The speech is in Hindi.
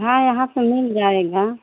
हाँ यहाँ से मिल जाएगा